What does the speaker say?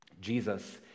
Jesus